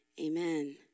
amen